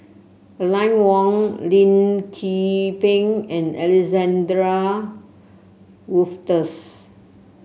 Aline Wong Lim Tze Peng and Alexander Wolters